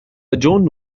جون